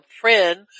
friend